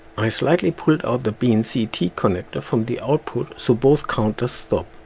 i slighly pulled out the bnc t-connector from the output, so both counters stop.